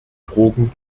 drogen